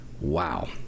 Wow